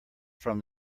from